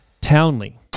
Townley